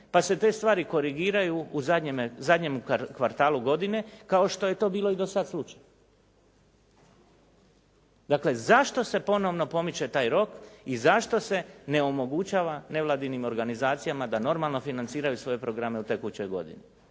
pa se te stvari korigiraju u zadnjem kvartalu godine kao što je to bilo i do sada slučaj. Dakle, zašto se ponovno pomiče taj rok i zašto se ne omogućava nevladinim organizacijama da normalno financiraju svoje programe u tekućoj godini.